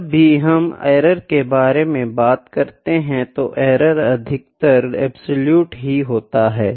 जब भी हम एरर के बारे में बात करते हैं तो एरर अधिकतर अब्सोलुटे ही होता हैं